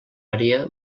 àrea